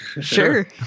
Sure